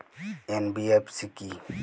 NBFC কী?